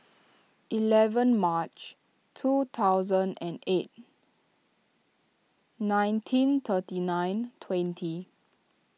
eleven March two thousand and eight nineteen thirty nine twenty